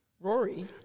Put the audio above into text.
Rory